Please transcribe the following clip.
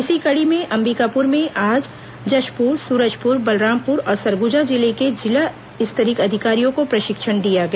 इसी कड़ी में अंबिकापुर में आज जशपुर सूरजपुर बलरामपुर और सरगुजा जिले के जिला स्तरीय अधिकारियों को प्रशिक्षण दिया गया